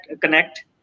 connect